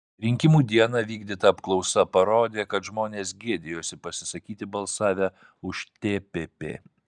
rinkimų dieną vykdyta apklausa parodė kad žmonės gėdijosi pasisakyti balsavę už tpp